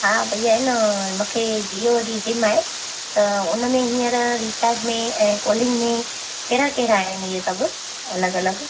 हा भैया हे न मूंखे जीयो जी सिम आहे त हुन में हींअर रीचार्ज में ऐं कॉलिंग में कहिड़ा कहिड़ा आहिनि इहे सभु अलॻि अलॻि